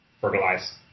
fertilize